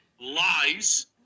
lies